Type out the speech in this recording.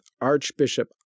Archbishop